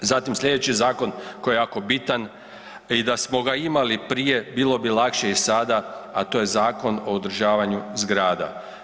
Zatim slijedeći zakon koji je jako bitan i da smo ga imali prije bilo bi lakše i sada, a to je Zakon o održavanju zgrada.